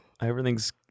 everything's